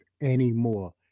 anymore